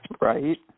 Right